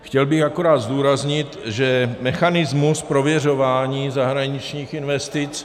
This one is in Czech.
Chtěl bych akorát zdůraznit, že mechanismus prověřování zahraničních investic...